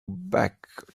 back